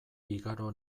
igaro